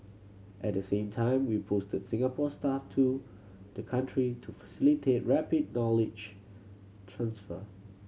at the same time we posted Singapore staff to the country to facilitate rapid knowledge transfer